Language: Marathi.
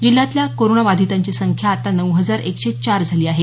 जिल्ह्यातल्या कोरोनाबाधितांची संख्या आता नऊ हजार एकशे चार झाली आहे